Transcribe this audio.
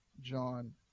John